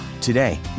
Today